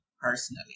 personally